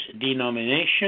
denomination